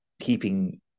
keeping